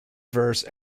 verse